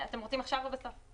אתם רוצים עכשיו או בסוף?